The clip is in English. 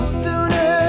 sooner